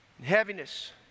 Heaviness